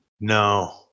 No